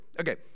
Okay